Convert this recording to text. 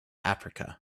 africa